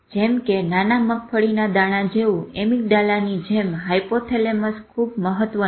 જેમ કે નાના મગફળીના દાણા જેવું એમીગડાલાની જેમ હાયપોથેલેમસ ખુબ મહત્વનું છે